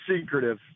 secretive